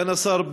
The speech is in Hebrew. סגן השר,